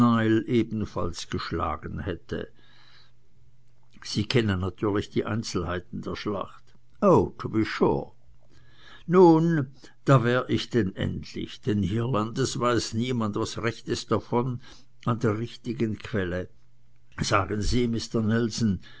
ebenfalls geschlagen hätte sie kennen natürlich die einzelheiten der schlacht oh to be sure nun da wär ich denn endlich denn hierlandes weiß niemand etwas rechtes davon an der richtigen quelle sagen sie mister